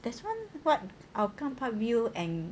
there's one what hougang parkview and